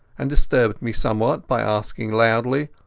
and disturbed me somewhat by asking loudly,